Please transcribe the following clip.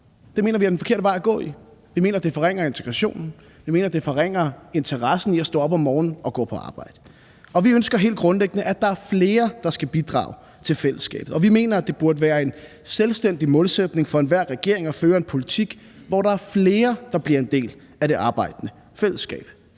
Det mener vi er den forkerte vej at gå. Vi mener, det forringer integrationen, og vi mener, det forringer interessen for at stå op om morgenen og gå på arbejde. Vi ønsker helt grundlæggende, at der er flere, der skal bidrage til fællesskabet, og vi mener, at det burde være en selvstændig målsætning for enhver regering at føre en politik, hvor der er flere, der bliver en del af det arbejdende fællesskab.